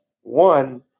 One